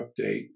update